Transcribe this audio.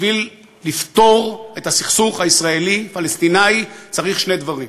בשביל לפתור את הסכסוך הישראלי פלסטיני צריך שני דברים: